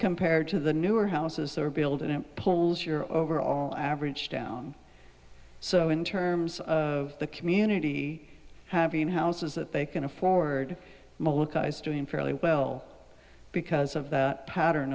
compared to the newer houses or build and it pulls your overall average down so in terms of the community having houses that they can afford molokai is doing fairly well because of that pattern